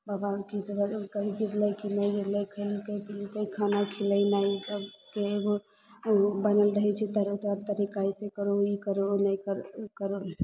भगबान की कहै कहीँ गिरलै की नहि गिरलै फेर कहै छलै कि खाना खिलैनाइ इसब तऽ एगो बनल रहै छै बहुत सारा तरीकाअइसे करो ई करो लेकर करो